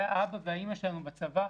זה האבא והאימא שלנו בצבא,